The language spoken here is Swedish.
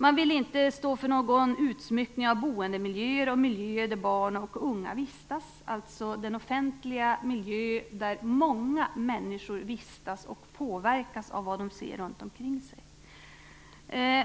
De vill inte stå för någon utsmyckning av boendemiljöer och miljöer där barn och unga vistas, dvs. den offentliga miljö där många människor vistas och påverkas av vad de ser runt omkring sig.